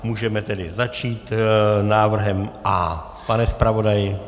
Můžeme tedy začít návrhem A. Pane zpravodaji?